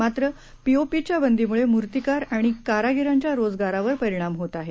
मात्र पीओपीच्या बंदीमुळे मूर्तीकार आणि कारागिरांच्या रोजगारावर परिणाम होणार आहे